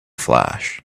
flash